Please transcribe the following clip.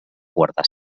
guardar